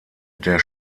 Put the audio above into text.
der